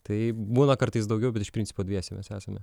tai būna kartais daugiau bet iš principo dviese mes esame